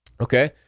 Okay